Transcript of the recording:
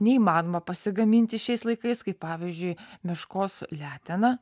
neįmanoma pasigaminti šiais laikais kaip pavyzdžiui meškos leteną